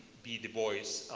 b. dubois